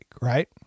right